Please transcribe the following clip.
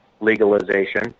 legalization